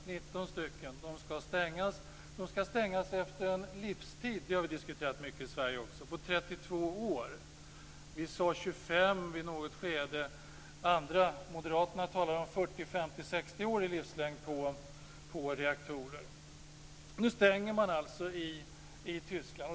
De är 19 stycken. De ska stängas efter en livstid - det är något vi har diskuterat mycket i Sverige - på 32 år. I något skede sade vi 25. Andra, dvs. moderaterna, har talat om 40-60 års livslängd på reaktorer. Nu stänger man i Tyskland.